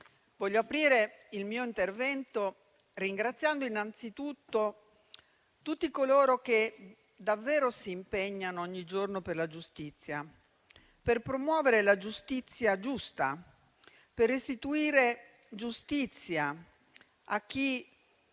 voglio aprire il mio intervento ringraziando innanzitutto tutti coloro che davvero si impegnano ogni giorno per la giustizia, per promuovere la giustizia giusta, per restituire giustizia a chi